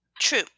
True